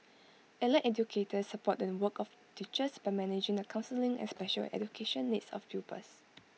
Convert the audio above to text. allied educators support the work of teachers by managing the counselling and special education needs of pupils